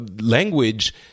language